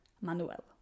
Manuel